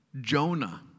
Jonah